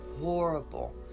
horrible